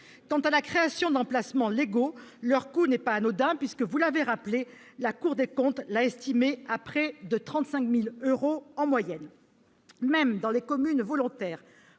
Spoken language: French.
Quant à la création d'emplacements légaux, leur coût n'est pas anodin, puisque, vous l'avez rappelé, la Cour des comptes l'a estimé à près de 35 000 euros en moyenne. Même dans les communes volontaires